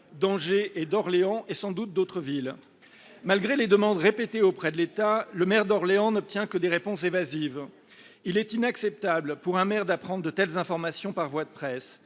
d’Angers et d’Orléans – et sans doute d’autres villes. Malgré ses demandes répétées auprès de l’État, le maire d’Orléans n’obtient que des réponses évasives. Il est inacceptable qu’un maire apprenne de telles informations par voie de presse